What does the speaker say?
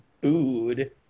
booed